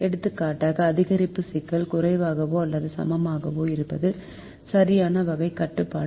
எடுத்துக்காட்டாக அதிகரிப்பு சிக்கல் குறைவாகவோ அல்லது சமமாகவோ இருப்பது சரியான வகை கட்டுப்பாடு